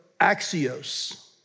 axios